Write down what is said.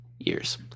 Years